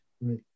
right